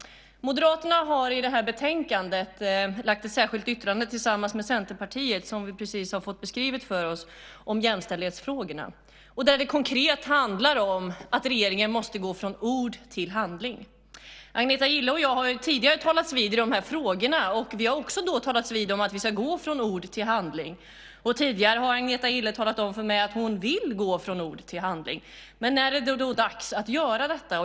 Moderaterna har i detta betänkande lagt ett särskilt yttrande tillsammans med Centerpartiet som vi precis har fått beskrivet för oss, om jämställdhetsfrågorna, och där det konkret handlar om att regeringen måste gå från ord till handling. Agneta Gille och jag har tidigare talats vid i de här frågorna, och vi har då också talat om att vi ska gå från ord till handling. Tidigare har Agneta Gille talat om för mig att hon vill gå från ord till handling. Men när är det då dags att göra detta?